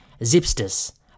Zipsters